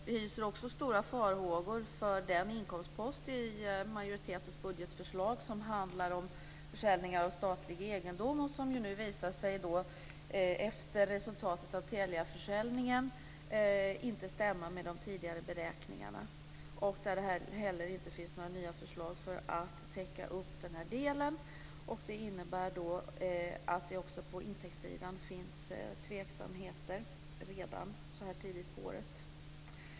Vi hyser också stora farhågor för den inkomstpost i majoritetens budgetförslag som handlar om försäljning av statlig egendom och som nu visar sig, efter resultatet av Teliaförsäljningen, inte stämma med de tidigare beräkningarna. Inte heller finns det några nya förslag för att täcka upp den här delen. Det innebär att det också på intäktssidan finns tveksamheter redan så här tidigt på året.